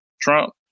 Trump